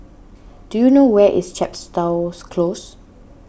do you know where is Chepstows Close